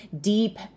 deep